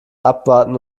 abwarten